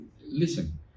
listen